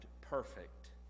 perfect